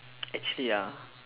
actually uh